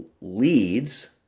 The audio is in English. leads